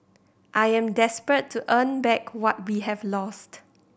I am desperate to earn back what we have lost